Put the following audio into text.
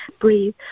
Breathe